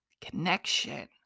connection